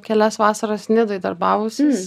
kelias vasaras nidoje darbavusis